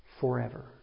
forever